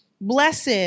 Blessed